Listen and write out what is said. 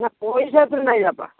ନା ପଇସା ଏଥିରେ ନାଇଁ ବାପା